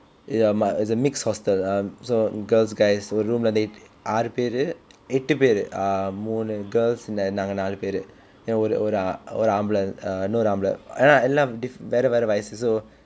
ya my is a mixed hostel um so girls guys ஒரு:oru room இல்ல வந்து:illa vanthu eight ஆறு பேரு எட்டு பேரு:aaru paeru aettu paeru uh மூன்று:mundru girls then நாங்க நாலு பேரு ஒரு ஒரு ஒரு ஆம்பள இன்னொரு ஆம்பளை ஏனா எல்லாம்:naanga naalu paeru oru oru oru aambala innoru aambalai aenaa ellam diff~ வேற வேற வயசு:vera vera vayasu so